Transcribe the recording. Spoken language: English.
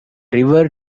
river